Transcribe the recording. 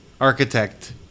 architect